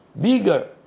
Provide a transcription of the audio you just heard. bigger